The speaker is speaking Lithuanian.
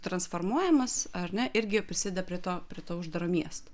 transformuojamas ar ne irgi prisideda prie to prie to uždaro miesto